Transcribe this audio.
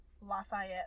Lafayette